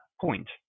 point